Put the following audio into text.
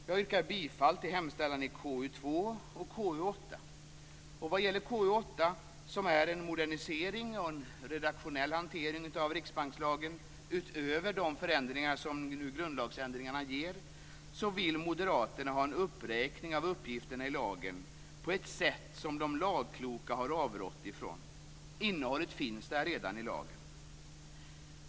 Jag yrkar bifall till hemställan i KU2 KU8 är en modernisering och en redaktionell hantering av riksbankslagen utöver de förändringar som nu grundlagsändringarna ger. Moderaterna vill ha en uppräkning av uppgifterna i lagen på ett sätt som de lagkloka har avrått från. Innehållet finns redan i lagen.